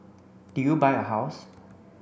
did you buy a house